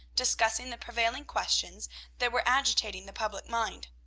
discussing the prevailing questions that were agitating the public mind.